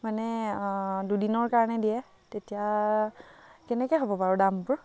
মানে দুদিনৰ কাৰণে দিয়ে তেতিয়া কেনেকৈ হ'ব বাৰু দামটো